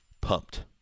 pumped